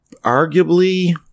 arguably